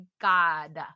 God